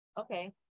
okay